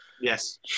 yes